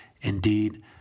Indeed